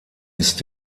ist